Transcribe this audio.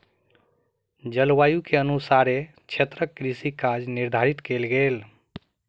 जलवायु के अनुसारे क्षेत्रक कृषि काज निर्धारित कयल गेल